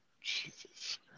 Jesus